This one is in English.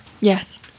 Yes